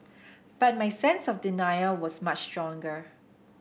but my sense of denial was much stronger